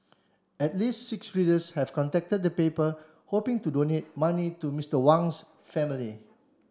at least six readers have contacted the paper hoping to donate money to Mister Wang's family